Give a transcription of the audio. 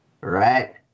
Right